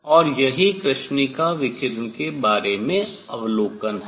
और यही कृष्णिका विकिरण के बारे में अवलोकन है